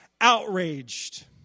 outraged